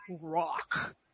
rock